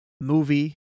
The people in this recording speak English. movie